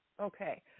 okay